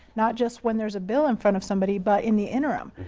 not just when there's a bill in front of somebody, but in the interim.